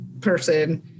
person